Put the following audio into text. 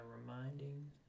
reminding